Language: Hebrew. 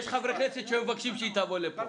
יש חברי כנסת שמבקשים שהיא תבוא לפה.